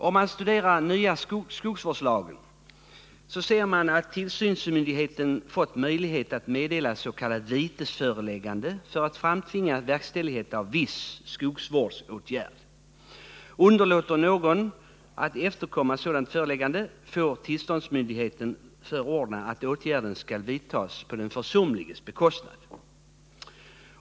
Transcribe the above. Om man studerar den nya skogsvårdslagen finner man att tillsynsmyndigheten fått möjlighet att meddela t.ex. vitesföreläggande för att framtvinga verkställighet av en viss skogsvårdsåtgärd. Underlåter någon att efterkomma sådant föreläggande får tillsynsmyndigheten förordna att åtgärden vidtas på den försumliges bekostnad.